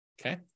Okay